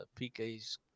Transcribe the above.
PK's